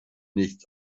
nicht